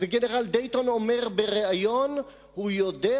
וגנרל דייטון אומר בריאיון: הוא יודע